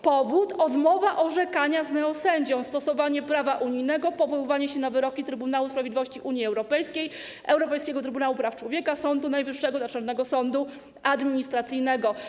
Powód: odmowa orzekania z neosędzią, stosowanie prawa unijnego, powoływanie się na wyroki Trybunału Sprawiedliwości Unii Europejskiej, Europejskiego Trybunału Praw Człowieka, Sądu Najwyższego, Naczelnego Sądu Administracyjnego.